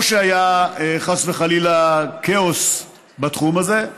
לא שהיה חס וחלילה כאוס בתחום הזה,